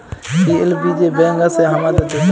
PLB যে bank আসে হামাদের দ্যাশে